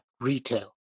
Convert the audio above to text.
retail